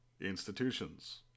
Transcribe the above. Institutions